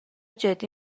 جدی